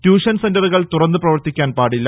tuition സെന്ററുകൾ തുറന്ന് പ്രവർത്തിക്കാൻ പാടില്ല